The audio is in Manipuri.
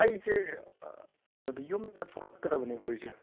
ꯑꯩꯁꯦ ꯑꯗ ꯌꯨꯝꯗ ꯊꯣꯔꯛꯀꯗꯕꯅꯦꯕ ꯑꯩꯁꯦ